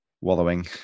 wallowing